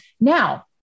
Now